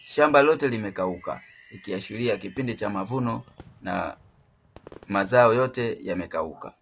shamba lote limekauka ikiashiria kipindi cha mavuno na mazao yote yamekauka.